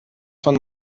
von